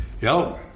Yo